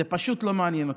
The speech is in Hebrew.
זה פשוט לא מעניין אותם.